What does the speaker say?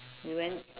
we went